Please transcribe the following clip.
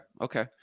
Okay